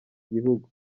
gihugu